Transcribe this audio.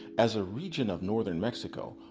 as a region of northern mexico,